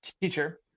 teacher